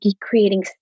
creating